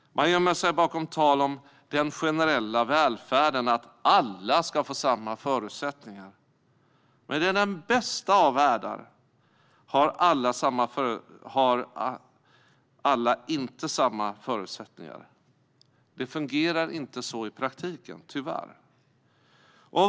Man gömmer sig bakom tal om den generella välfärden, det vill säga att alla ska få samma förutsättningar. I den bästa av världar har alla samma förutsättningar, men vi vet att det tyvärr inte fungerar så i praktiken.